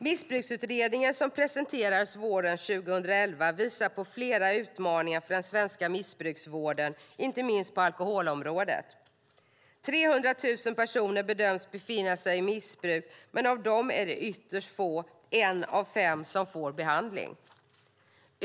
Missbruksutredningen, som presenterades våren 2011, visar på flera utmaningar för den svenska missbrukarvården, inte minst på alkoholområdet. 300 000 personer bedöms befinna sig i missbruk, men av dem är det ytterst få - en av fem - som får behandling.